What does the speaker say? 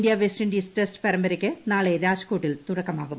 India West Indies test പരമ്പരയ്ക്ക് നാളെ രാജ്കോട്ടിൽ തുടക്കമാകും